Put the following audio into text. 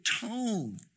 tone